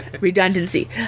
redundancy